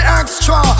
extra